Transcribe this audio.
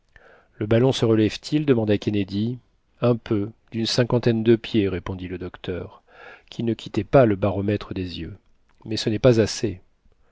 le ballon se relève t il demanda kennedy un peu d'une cinquantaine de pieds répondit le docteur qui ne quittait pas le baromètre des yeux mais ce n'est pas assez